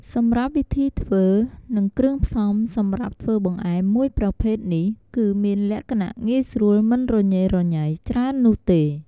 សម្រាប់វិធីធ្វើ និងគ្រឿងផ្សំសម្រាប់ធ្វើបង្អែមមួយប្រភេទនេះ គឺមានលក្ខណៈងាយស្រួលមិនរញ៉េរញ៉ៃច្រើននោះទេ។